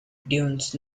dunes